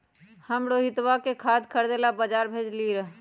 हम रोहितवा के खाद खरीदे ला बजार भेजलीअई र